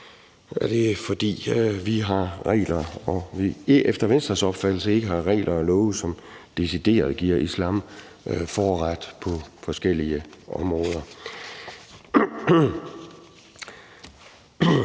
er det, fordi viefter Venstres opfattelseikke har regler og love, som decideret giver islam forret på forskellige områder.